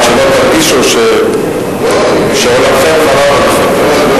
רק שלא תרגישו שעולמכם חרב עליכם.